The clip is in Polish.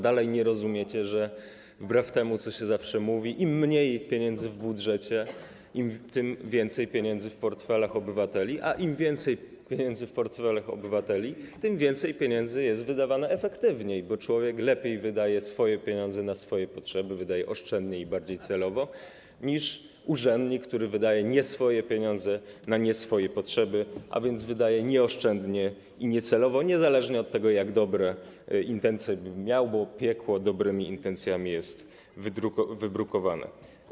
Dalej nie rozumiecie, że - wbrew temu, co się zawsze mówi - im mniej pieniędzy w budżecie, tym więcej pieniędzy w portfelach obywateli, a im więcej pieniędzy w portfelach obywateli, tym więcej pieniędzy jest wydawane efektywniej, bo człowiek lepiej wydaje swoje pieniądze na swoje potrzeby, wydaje oszczędniej i bardziej celowo niż urzędnik, który wydaje nieswoje pieniądze na nieswoje potrzeby, a więc wydaje nieoszczędnie i niecelowo niezależnie od tego, jak dobre intencje by miał, bo piekło dobrymi intencjami jest wybrukowane.